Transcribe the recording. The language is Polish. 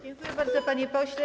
Dziękuję bardzo, panie pośle.